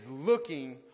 looking